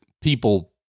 people